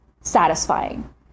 satisfying